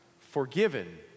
forgiven